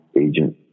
agent